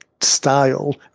style